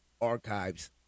Archives